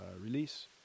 release